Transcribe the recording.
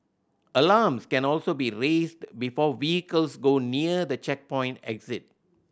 alarms can also be raised before vehicles go near the checkpoint exit